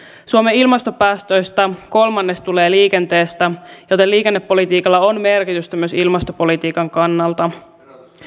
suomen ilmastopäästöistä kolmannes tulee liikenteestä joten liikennepolitiikalla on merkitystä myös ilmastopolitiikan kannalta